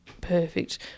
perfect